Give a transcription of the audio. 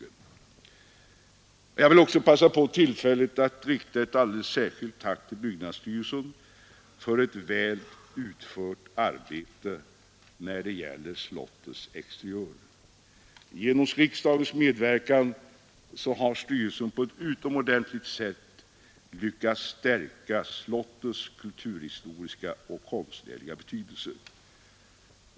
Jag vill också passa på tillfället att rikta ett alldeles särskilt tack till byggnadsstyrelsen för ett väl utfört arbete när det gäller slottets exteriör. Genom anslag från riksdagen har styrelsen på ett utomordentligt sätt lyckats stärka slottets kulturhistoriska och konstnärliga betydelse.